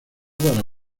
para